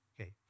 Okay